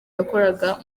yakoraga